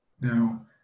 now